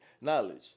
Knowledge